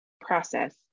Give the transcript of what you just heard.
process